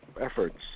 efforts